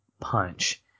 punch